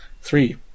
three